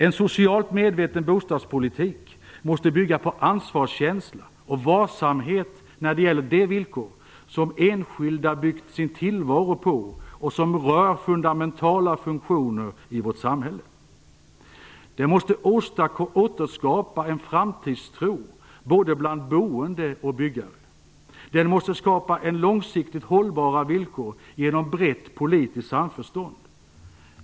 En socialt medveten bostadspolitik måste bygga på ansvarskänsla och varsamhet när det gäller de villkor som enskilda byggt sin tillvaro på och som rör fundamentala funktioner i vårt samhälle. Den måste återskapa en framtidstro både bland boende och bland byggare. Den måste skapa långsiktigt hållbara villkor genom brett politiskt samförstånd.